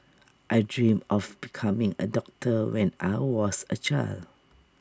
I dreamt of becoming A doctor when I was A child